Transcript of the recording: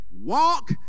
Walk